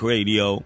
Radio